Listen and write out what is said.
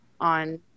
on